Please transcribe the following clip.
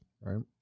Right